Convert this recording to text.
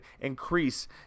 increase